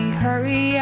hurry